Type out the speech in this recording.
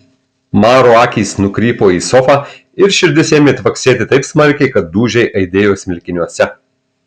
maro akys nukrypo į sofą ir širdis ėmė tvaksėti taip smarkiai kad dūžiai aidėjo smilkiniuose